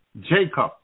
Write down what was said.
Jacob